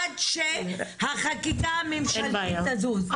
עד שהחקיקה הממשלתית תזוז,